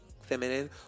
feminine